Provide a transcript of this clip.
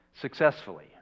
successfully